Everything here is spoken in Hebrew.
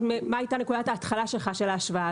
מה הייתה נקודת ההתחלה שלך של ההשוואה,